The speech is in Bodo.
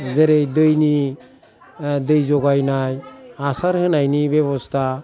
जेरै दैनि दै जगायनाय हासार होनायनि बेबस्था